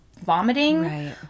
vomiting